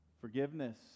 Forgiveness